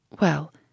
Well